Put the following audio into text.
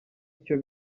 icyo